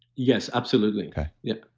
yes, absolutely okay yeah.